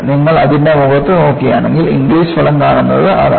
നിങ്ങൾ അതിന്റെ മുഖത്ത് നോക്കുകയാണെങ്കിൽ ഇംഗ്ലിസ് ഫലം കാണിക്കുന്നത് അതാണ്